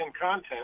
content